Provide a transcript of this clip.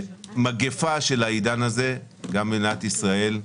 מגפה של העידן הזה, גם במדינת ישראל.